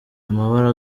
amabara